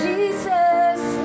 Jesus